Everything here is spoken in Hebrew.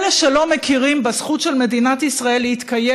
אלה שלא מכירים בזכות של מדינת ישראל להתקיים